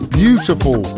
beautiful